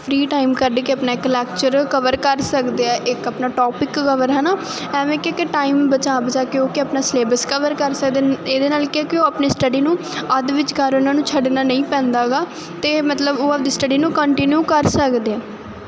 free time ਕੱਢ ਕੇ ਆਪਣਾ ਇੱਕ ਲੈਕਚਰ ਕਵਰ ਕਰ ਸਕਦੇ ਆ ਇੱਕ ਆਪਣਾ ਟੋਪਿਕ ਕਵਰ ਹੈ ਨਾ ਐਵੇਂ ਕਿਉਂਕਿ ਟਾਈਮ ਬਚਾ ਬਚਾ ਕੇ ਹੋ ਕੇ ਆਪਣਾ ਸਿਲੇਬਸ ਕਵਰ ਕਰ ਸਕਦੇ ਇਹਦੇ ਨਾਲ ਕੀ ਹੈ ਉਹ ਆਪਣੀ ਸਟਡੀ ਨੂੰ ਅੱਧ ਵਿਚਕਾਰ ਉਹਨਾਂ ਨੂੰ ਛੱਡਣਾ ਨਹੀਂ ਪੈਂਦਾ ਹੈਗਾ ਅਤੇ ਮਤਲਬ ਉਹ ਆਪਦੀ ਸਟਡੀ ਨੂੰ ਕੰਟੀਨਿਊ ਕਰ ਸਕਦੇ ਆ